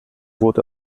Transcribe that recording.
wurde